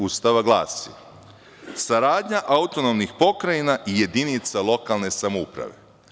Ustava glasi – Saradnja autonomnih pokrajina i jedinica lokalne samouprave.